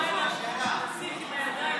אם אתה לא מוריד אותו,